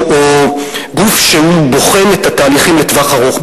או גוף שהוא בוחן את התהליכים לטווח ארוך.